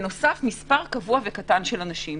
מספר תחלף קטן של אנשים.